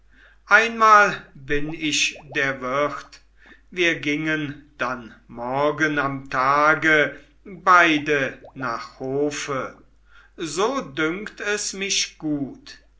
einmal bin ich der wirt wir gingen dann morgen am tage beide nach hofe so dünkt es mich gut